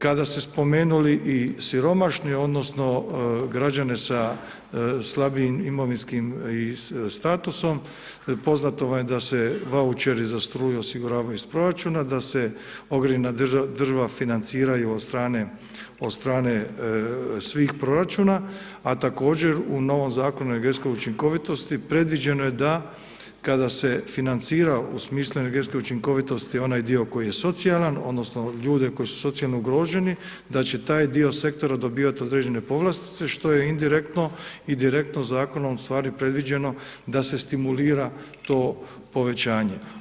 Kada ste spomenuli i siromašne odnosno građane sa slabijim imovinskim statusom, poznato vam je da se vaučeri za struju osiguravaju iz proračuna, da se ogrjev na drva financiraju od strane svih proračuna, a također u novom zakonu energetske učinkovitosti predviđeno je da kada se financira u smislu energetske učinkovitosti onaj dio koji je socijalan odnosno ljude koji su socijalno ugroženi, da će taj dio sektora dobivat određene povlastice, što je indirektno i direktno zakonom u stvari predviđeno da se stimulira to povećanje.